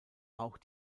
auch